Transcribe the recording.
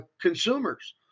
consumers